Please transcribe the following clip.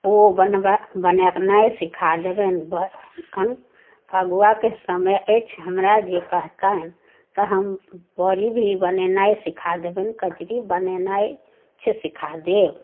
ओ बनबै बनेनाइ सिखा देबनि ब एखन फगुआके समय अछि हमरा जे कहताह तऽ हम बड़ी भी बनेनाइ सिखा देबनि कचरी बनेनाइ से सिखा देब